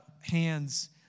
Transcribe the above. hands